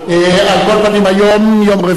היום יום רביעי,